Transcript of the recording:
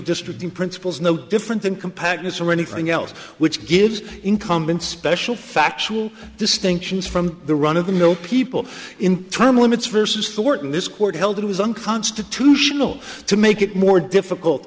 districts in principles no different than compactness or anything else which gives incumbents special factual distinctions from the run of the mill people in term limits versus thorton this court held it was unconstitutional to make it more difficult